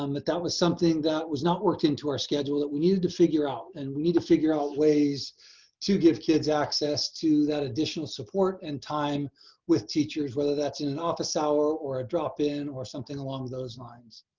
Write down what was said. um but that was something that was not worked into our schedule that we needed to figure out. and we need to figure out ways to give kids access to that additional support and time with teachers, whether that's in an office hour or a drop-in or something along those lines.